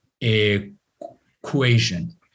equation